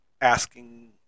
asking